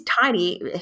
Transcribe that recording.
tiny